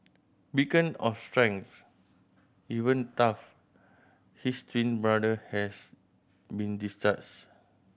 beacon of strength even tough his twin brother has been